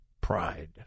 pride